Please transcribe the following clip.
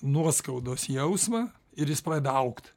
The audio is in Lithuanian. nuoskaudos jausmą ir jis pradeda augt